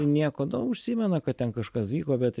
nieko nu užsimena kad ten kažkas vyko bet